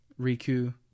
riku